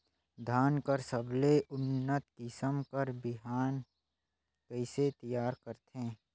धान कर सबले उन्नत किसम कर बिहान कइसे तियार करथे?